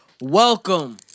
welcome